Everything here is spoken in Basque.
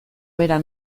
bera